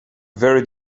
very